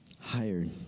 hired